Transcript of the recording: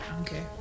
Okay